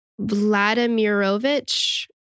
Vladimirovich